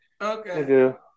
okay